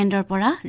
and barbara yeah